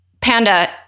Panda